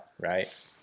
right